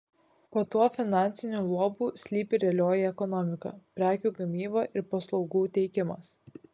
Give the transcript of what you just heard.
po tuo finansiniu luobu slypi realioji ekonomika prekių gamyba ir paslaugų teikimas